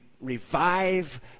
revive